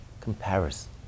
comparison